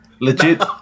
Legit